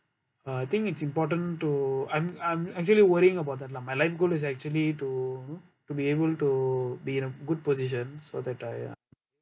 I think it's important to I'm I'm actually worrying about that lah my life goal is actually to to be able to be in a good position so that I uh